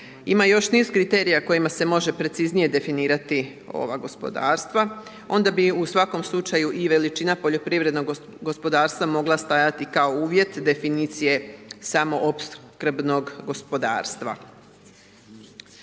Ima još niz kriterija kojima se može preciznije definirati ova gospodarstva. Onda bi u svakom slučaju i veličina poljoprivrednog gospodarstva mogla stajati i kao uvjet definicije samo opskrbnog gospodarstva.